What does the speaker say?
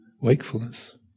wakefulness